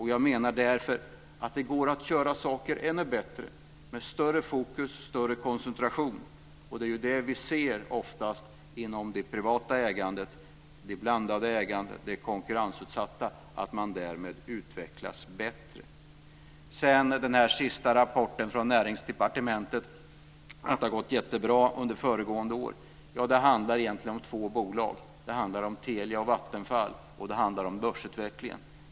Jag menar därför att det går att göra saker ännu bättre med större fokus och större koncentration. Det som vi ser, oftast inom det privata ägandet, det blandade ägandet, det konkurrensutsatta ägandet, är att man därmed utvecklas bättre. Sedan går jag över till den här sista rapporten från Näringsdepartementet om att det har gått jättebra under föregående år. Det handlar egentligen om två bolag, Telia och Vattenfall, och det handlar om börsutvecklingen.